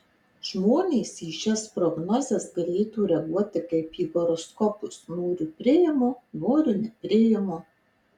žmonės į šias prognozes galėtų reaguoti kaip į horoskopus noriu priimu noriu nepriimu